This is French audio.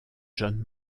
john